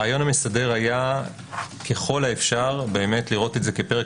הרעיון המסדר היה ככל האפשר לראות זאת כפרק